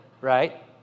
right